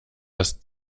ist